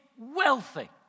Wealthy